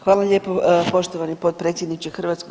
Hvala lijepo poštovani potpredsjedniče HS.